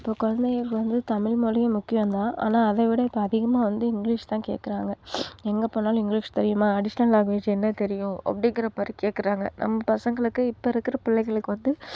இப்போது குழந்தைங்களுக்கு வந்து தமிழ் மொழி முக்கியந்தான் ஆனால் அதை விட இப்போ அதிகமாக வந்து இங்கிலீஷ் தான் கேட்குறாங்க எங்கே போனாலும் இங்கிலீஷ் தெரியுமா அடிஷ்னல் லாங்வேஜ் என்ன தெரியும் அப்படிங்குற மாதிரி கேட்குறாங்க நம்ம பசங்களுக்கு இப்போ இருக்கிற பிள்ளைங்களுக்கு வந்து